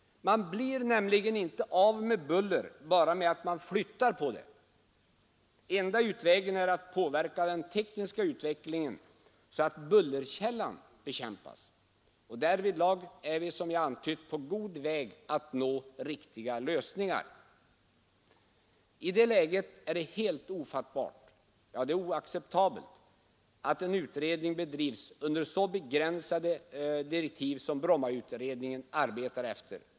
Man blir ju inte av med bullret bara genom att man flyttar på det. Den enda utvägen är att påverka den tekniska utvecklingen, så att bullerkällan bekämpas, och därvidlag är vi, som jag antytt, på god väg att nå riktiga lösningar. I det läget är det helt ofattbart, ja oacceptabelt, att en utredning bedrivs med så begränsade direktiv som Brommautredningen arbetar efter.